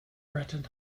breton